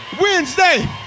Wednesday